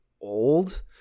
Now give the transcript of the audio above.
old